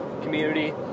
community